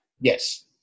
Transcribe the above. Yes